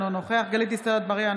אינו נוכח גלית דיסטל אטבריאן,